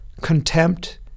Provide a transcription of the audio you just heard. contempt